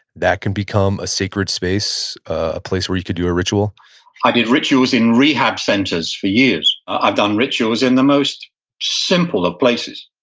that can become a sacred space, a place where you could do a ritual i did rituals in rehab centers for years. i've done rituals in the most simple of places.